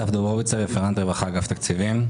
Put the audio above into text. רפרנט רווחה, אגף תקציבים.